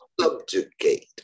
subjugate